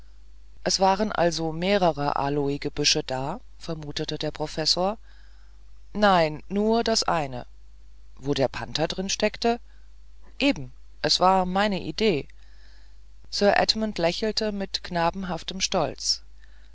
es waren also mehrere aloegebüsche da vermutete der professor nein nur das eine wo der panther drin steckte eben es war meine idee sir edmund lächelte mit knabenhaftem stolz